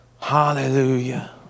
Hallelujah